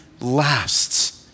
lasts